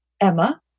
Emma